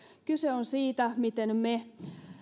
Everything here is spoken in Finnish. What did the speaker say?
kyse on siitä miten me